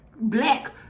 black